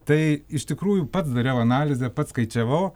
tai iš tikrųjų pats dariau analizę pats skaičiavau